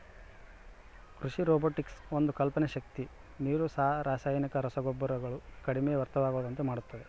ಕೃಷಿ ರೊಬೊಟಿಕ್ಸ್ ಒಂದು ಕಲ್ಪನೆ ಶಕ್ತಿ ನೀರು ರಾಸಾಯನಿಕ ರಸಗೊಬ್ಬರಗಳು ಕಡಿಮೆ ವ್ಯರ್ಥವಾಗುವಂತೆ ಮಾಡುತ್ತದೆ